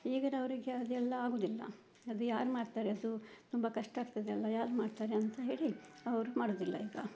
ಈಗಿನವರಿಗೆ ಅದೆಲ್ಲ ಆಗುವುದಿಲ್ಲ ಅದು ಯಾರು ಮಾಡ್ತಾರೆ ಅದು ತುಂಬ ಕಷ್ಟ ಆಗ್ತದಲ್ಲ ಯಾರು ಮಾಡ್ತಾರೆ ಅಂತ ಹೇಳಿ ಅವರು ಮಾಡುವುದಿಲ್ಲ ಈಗ